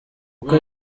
uko